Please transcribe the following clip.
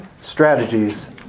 strategies